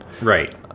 Right